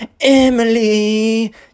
Emily